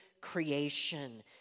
creation